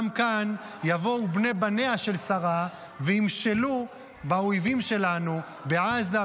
גם כאן יבואו בני בניה של שרה וימשלו באויבים שלנו בעזה,